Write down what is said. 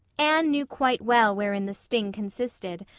anne knew quite well wherein the sting consisted,